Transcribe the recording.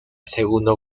segundo